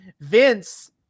Vince